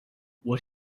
what